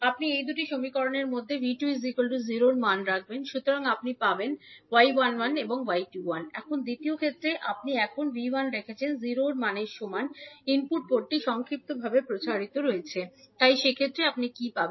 আপনি এই দুটি সমীকরণের মধ্যে 𝐕2 𝟎 এর মান রাখবেন সুতরাং আপনি পাবেন এখন দ্বিতীয় ক্ষেত্রে আপনি এখন v1 রেখেছেন 0 এর সমান মানে ইনপুট পোর্টটি সংক্ষিপ্তভাবে প্রচারিত হয়েছে তাই সেক্ষেত্রে আপনি কী পাবেন